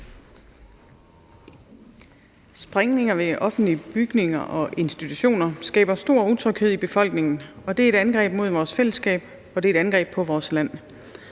Sprængninger ved offentlige bygninger og institutioner skaber stor utryghed i befolkningen, og det er et angreb mod vores fællesskab, og det er et angreb på vores land.